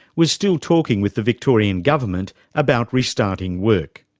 was still talking with the victorian government about restarting work.